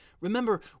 Remember